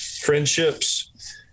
friendships